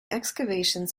excavations